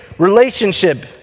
relationship